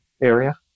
area